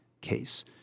case